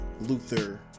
Luther